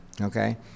Okay